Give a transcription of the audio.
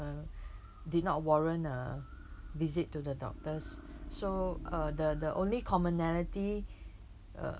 uh did not warrant a visit to the doctors so uh the the only commonality uh